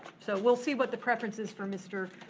so we'll see what the preference is for mr.